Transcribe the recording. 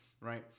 right